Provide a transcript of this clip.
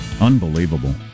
Unbelievable